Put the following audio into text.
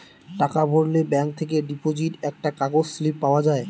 টাকা ভরলে ব্যাঙ্ক থেকে ডিপোজিট একটা কাগজ স্লিপ পাওয়া যায়